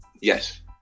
Yes